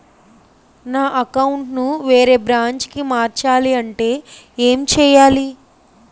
నా అకౌంట్ ను వేరే బ్రాంచ్ కి మార్చాలి అంటే ఎం చేయాలి?